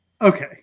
okay